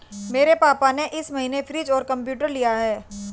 मेरे पापा ने इस महीने फ्रीज और कंप्यूटर लिया है